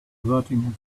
averting